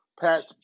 Pat